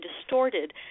distorted